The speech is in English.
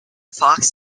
fox